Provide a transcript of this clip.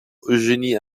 eugénie